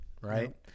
right